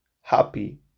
happy